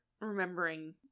remembering